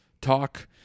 talk